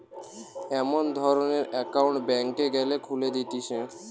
এমন ধরণের একউন্ট ব্যাংকে গ্যালে খুলে দিতেছে